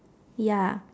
ya